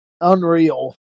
unreal